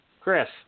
Chris